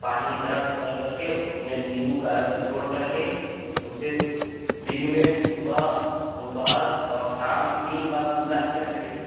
पानी गर्म कर करके उसमें नींबू का रस निचोड़ करके उससे दिन मे सुबह दोपहर और शाम तीन बार कुलाह किया करिए